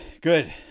Good